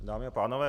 Dámy a pánové.